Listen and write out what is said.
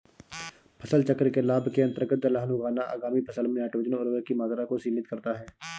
फसल चक्र के लाभ के अंतर्गत दलहन उगाना आगामी फसल में नाइट्रोजन उर्वरक की मात्रा को सीमित करता है